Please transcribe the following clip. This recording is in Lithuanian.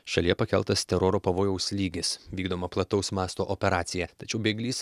šalyje pakeltas teroro pavojaus lygis vykdoma plataus masto operacija tačiau bėglys